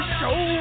show